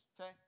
okay